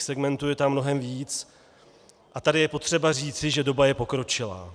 Segmentů je tam mnohem víc a tady je potřeba říci, že doba je pokročilá.